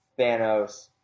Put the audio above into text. Thanos